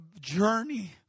journey